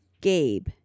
Gabe